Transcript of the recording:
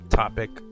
topic